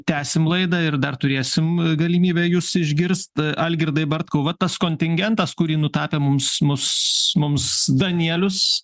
tęsim laidą ir dar turėsim galimybę jus išgirst algirdai bartkau va tas kontingentas kurį nutapė mums mus mums danielius